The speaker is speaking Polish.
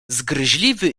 zgryźliwy